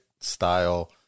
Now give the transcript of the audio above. style